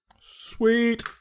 Sweet